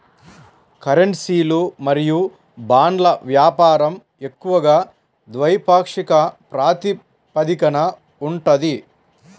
కరెన్సీలు మరియు బాండ్ల వ్యాపారం ఎక్కువగా ద్వైపాక్షిక ప్రాతిపదికన ఉంటది